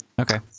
Okay